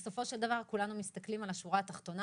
בסופו של דבר כולנו מסתכלים על השורה התחתונה